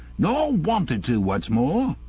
nor wanted to, what's more